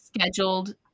scheduled